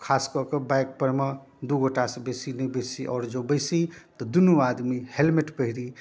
खासकऽ कऽ बाइकपरमे दुइ गोटासँ बेसी नहि बैसी आओर जँ बैसी तऽ दुनू आदमी हेलमेट पहिरी